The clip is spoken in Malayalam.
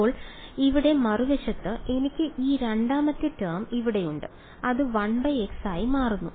ഇപ്പോൾ ഇവിടെ മറുവശത്ത് എനിക്ക് ഈ രണ്ടാമത്തെ ടേം ഇവിടെയുണ്ട് അത് 1x ആയി മാറുന്നു